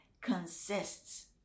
consists